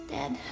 Dead